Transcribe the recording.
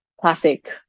classic